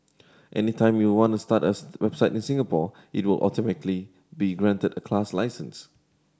anytime you want start a website in Singapore it will automatically be granted a class license